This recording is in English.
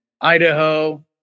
Idaho